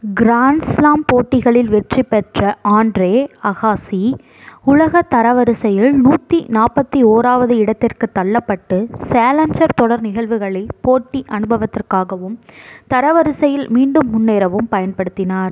grand slam போட்டிகளில் வெற்றி பெற்ற ஆண்ட்ரே அஹாசி உலக தரவரிசையில் நூற்றி நாற்பத்தி ஓராவது இடத்திற்கு தள்ளப்பட்டு சேலஞ்சர் தொடர் நிகழ்வுகளை போட்டி அனுபவத்திற்காகவும் தரவரிசையில் மீண்டும் முன்னேறவும் பயன்படுத்தினார்